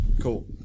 Cool